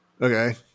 Okay